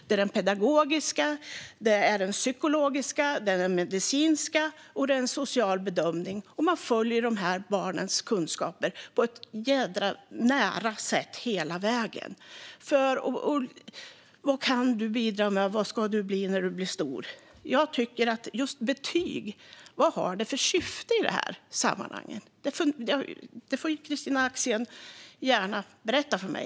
Det är den pedagogiska, den psykologiska och den medicinska utredningen samt en social bedömning. Man följer dessa barns kunskaper på ett nära sätt hela vägen. Vad kan du bidra med, och vad ska du bli när du blir stor? Vad har betyg för syfte i det här sammanhanget? Det får Kristina Axén gärna berätta för mig.